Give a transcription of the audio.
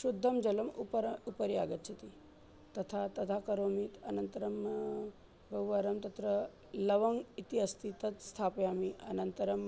शुद्धं जलम् उपरि उपरि आगच्छति तथा तदा करोमि अनन्तरं बहुवारं तत्र लवङ्ग् इति अस्ति तत् स्थापयामि अनन्तरं